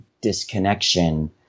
disconnection